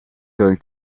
going